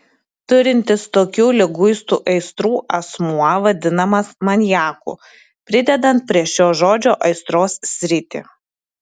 turintis tokių liguistų aistrų asmuo vadinamas maniaku pridedant prie šio žodžio aistros sritį